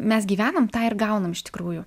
mes gyvenam tą ir gaunam iš tikrųjų